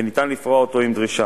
וניתן לפרוע אותו עם דרישה.